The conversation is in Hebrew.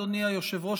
אדוני היושב-ראש,